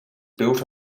built